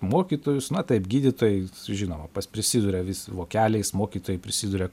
mokytojus na taip gydytojai žinoma pas prisiduria vis vokeliais mokytojai prisiduria